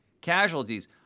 casualties